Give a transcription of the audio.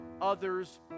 others